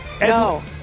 No